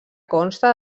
consta